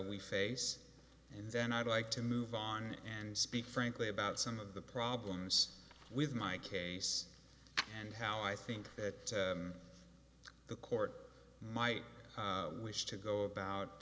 we face and then i'd like to move on and speak frankly about some of the problems with my case and how i think that the court might wish to go about